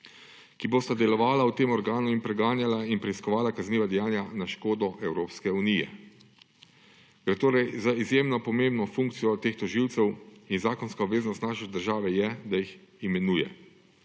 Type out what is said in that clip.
ki bosta delovala v tem organu in preganjala in preiskovala kazniva dejanja na škodo Evropske unije. Gre torej za izjemno pomembno funkcijo teh tožilcev in zakonska obveznost naše države je, da jih imenuje.